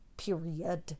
Period